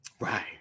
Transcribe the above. Right